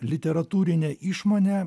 literatūrinė išmonė